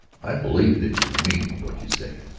i believe that you mean what you say.